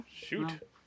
Shoot